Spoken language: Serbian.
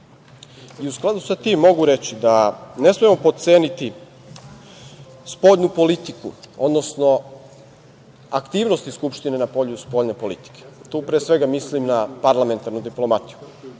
U skladu sa tim mogu reći da ne smemo potceniti spoljnu politiku, odnosno aktivnosti Skupštine na polju spoljne politike. Tu pre svega mislim na parlamentarnu diplomatiju. Gospodin